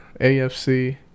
AFC